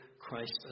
Christ